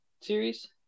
series